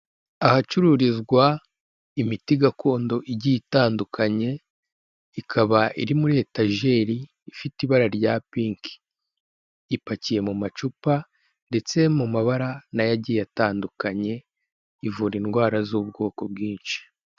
Ahacururizwa imiti gakondo igiye itandukanye, ikaba iri muri etageri ifite ibara rya pinki ipakiye mu macupa ndetse mu mabara nayo agiye atandukanye ivura indwara z'ubwoko bwinshi.